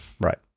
Right